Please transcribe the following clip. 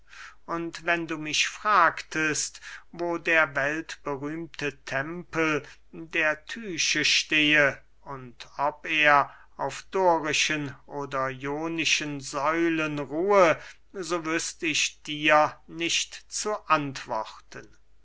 und wenn du mich fragtest wo der weltberühmte tempel der tyche stehe und ob er auf dorischen oder ionischen säulen ruhe so wüßt ich dir nicht zu antworten